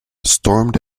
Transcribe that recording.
stormed